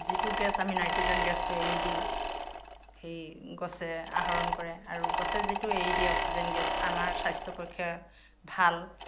যিটো গেছ আমি নাইট্ৰ'জেন গেছটো এৰি দিওঁ সেই গছে আহৰণ কৰে আৰু গছে যিটো এৰি দিয়ে অক্সিজেন গেছ আমাৰ স্বাস্থ্যৰ পক্ষে ভাল